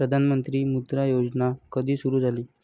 प्रधानमंत्री मुद्रा योजना कधी सुरू झाली?